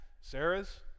Sarah's